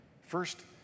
First